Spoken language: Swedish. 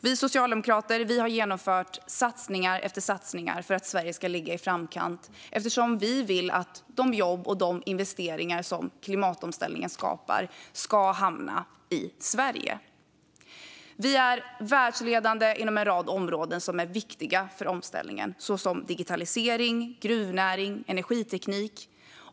Vi socialdemokrater har genomfört satsningar efter satsningar för att Sverige ska ligga i framkant, eftersom vi vill att de jobb och de investeringar som klimatomställningen skapar ska hamna i Sverige. Vi är världsledande inom en rad områden som är viktiga för omställningen, såsom digitalisering, gruvnäring och energiteknik.